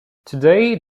today